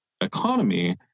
economy